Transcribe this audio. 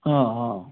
অঁ অঁ